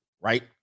right